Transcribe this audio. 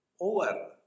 Over